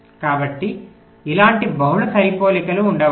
కాబట్టి ఇలాంటి బహుళ సరిపోలికలు ఉండవచ్చు